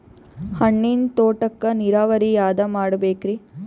ಹಣ್ಣಿನ್ ತೋಟಕ್ಕ ನೀರಾವರಿ ಯಾದ ಮಾಡಬೇಕ್ರಿ?